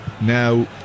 Now